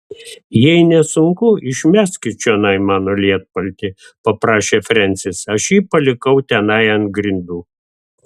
jei nesunku išmeskit čionai mano lietpaltį paprašė frensis aš jį palikau tenai ant grindų